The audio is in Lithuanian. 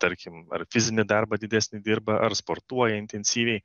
tarkim ar fizinį darbą didesnį dirba ar sportuoja intensyviai